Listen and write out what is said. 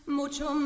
mucho